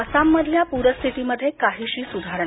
आसाममधल्या पूरस्थितीमध्ये काहीशी सुधारणा